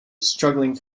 struggling